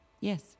Yes